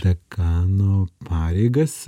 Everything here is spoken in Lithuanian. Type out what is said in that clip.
tai ką nu pareigas